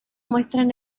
muestran